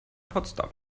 potsdam